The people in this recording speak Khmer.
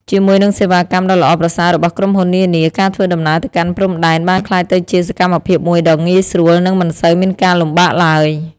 ជាមួយនឹងសេវាកម្មដ៏ល្អប្រសើររបស់ក្រុមហ៊ុននានា ការធ្វើដំណើរទៅកាន់ព្រំដែនបានក្លាយទៅជាសកម្មភាពមួយដ៏ងាយស្រួលនិងមិនសូវមានការលំបាកឡើយ។